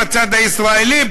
בצד הישראלי,